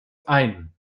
ein